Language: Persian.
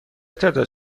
تعداد